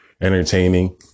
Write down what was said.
entertaining